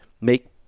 make